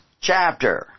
chapter